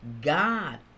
God